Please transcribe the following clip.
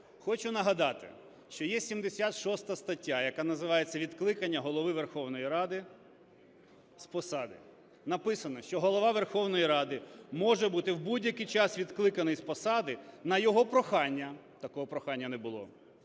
Хочу нагадати, що є 76 стаття, яка називається "Відкликання Голови Верховної Ради з посади". Написано, що Голова Верховної Ради може бути в будь-який час відкликаний з посади на його прохання – такого прохання не було,